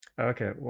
Okay